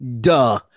Duh